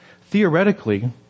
Theoretically